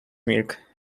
milk